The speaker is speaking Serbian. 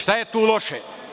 Šta je tu loše?